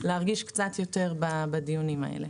להרגיש קצת יותר בדיונים האלה.